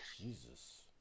Jesus